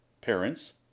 parents